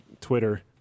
twitter